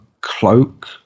cloak